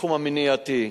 התחום המניעתי,